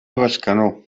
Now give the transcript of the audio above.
bescanó